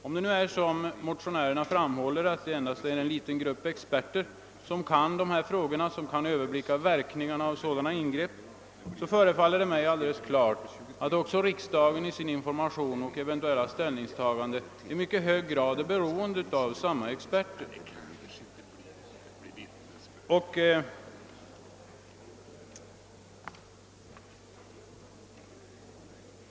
Om det förhåller sig så som motionärerna framhållit, att det endast är en liten grupp experter som kan dessa frågor och som kan överblicka verkningarna av sådana ingrepp, förefaller det mig alldeles klart att riksdagen också för sin information och sitt eventuella ställningstagande är i mycket hög grad beroende av samma experter.